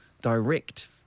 direct